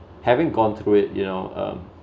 having gone through it you know um